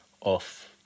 off